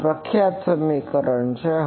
આ પ્રખ્યાત સમીકરણ છે